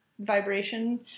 vibration